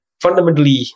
fundamentally